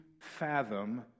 fathom